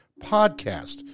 podcast